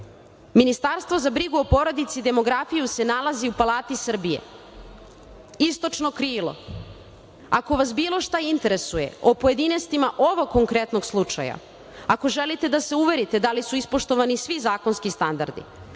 Ministarstvo za brigu o porodici i demografiju se nalazi u Palati Srbije, istočno krilo. Ako vas bilo šta interesuje o pojedinostima ovog konkretnog slučaja, ako želite da se uverite da li su ispoštovani svi zakonski standardi,